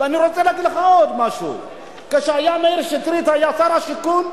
ואני רוצה לומר לך עוד משהו: כשמאיר שטרית היה שר השיכון,